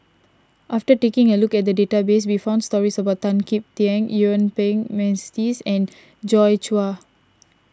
after taking a look at the database we found stories about Tan Kim Tian Yuen Peng McNeice and Joi Chua